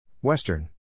Western